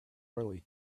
early